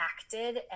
acted